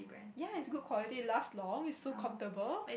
ya is good quality last long is so comfortable